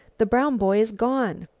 the brown boy's gone!